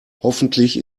hoffentlich